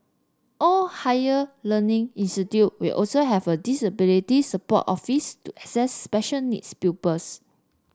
all higher learning institute will also have a disability support office to assist special needs pupils